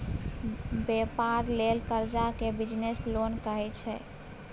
बेपार लेल करजा केँ बिजनेस लोन कहै छै